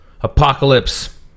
Apocalypse